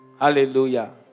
Hallelujah